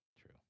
True